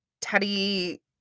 Teddy